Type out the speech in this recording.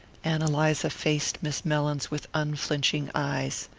ann eliza faced miss mellins with unflinching eyes.